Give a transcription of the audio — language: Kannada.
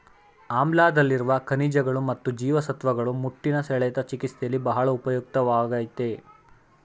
ಆಮ್ಲಾದಲ್ಲಿರುವ ಖನಿಜಗಳು ಮತ್ತು ಜೀವಸತ್ವಗಳು ಮುಟ್ಟಿನ ಸೆಳೆತ ಚಿಕಿತ್ಸೆಯಲ್ಲಿ ಬಹಳ ಉಪಯುಕ್ತವಾಗಯ್ತೆ